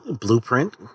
Blueprint